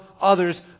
others